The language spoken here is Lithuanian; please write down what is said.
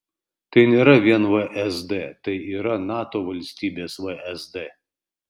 tai nėra vien vsd tai yra nato valstybės vsd